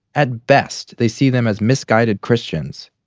at best, they see them as misguided christians.